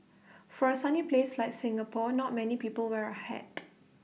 for A sunny place like Singapore not many people wear A hat